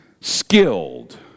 skilled